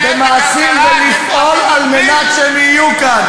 במעשים ולפעול על מנת שהם יהיו כאן.